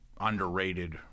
underrated